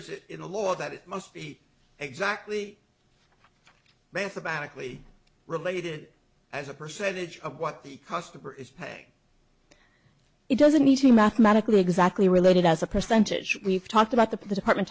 is it in the law that it must be exactly mathematically related as a percentage of what the cost of pay it doesn't need to be mathematically exactly related as a percentage we've talked about the put apartment